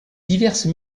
diverses